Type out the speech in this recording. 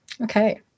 Okay